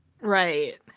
Right